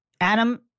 Adam